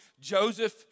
Joseph